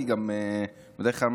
בדרך כלל,